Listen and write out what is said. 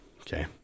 Okay